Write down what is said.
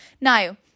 Now